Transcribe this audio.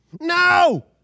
No